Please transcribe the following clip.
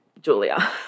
Julia